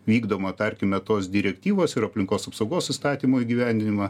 vykdomą tarkime tos direktyvos ir aplinkos apsaugos įstatymo įgyvendinimą